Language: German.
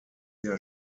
der